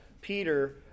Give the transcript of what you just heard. Peter